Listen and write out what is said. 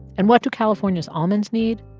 and what do california's almonds need?